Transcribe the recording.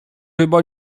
chyba